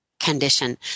condition